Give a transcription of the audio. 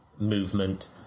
Movement